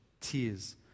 tears